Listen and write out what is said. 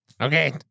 Okay